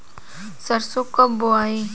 सरसो कब बोआई?